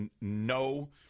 no